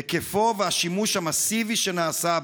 היקפו והשימוש המסיבי שנעשה בו.